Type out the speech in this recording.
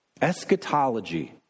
eschatology